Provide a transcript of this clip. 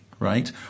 right